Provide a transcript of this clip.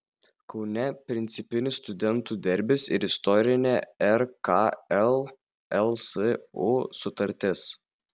kaune principinis studentų derbis ir istorinė rkl lsu sutartis